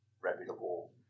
reputable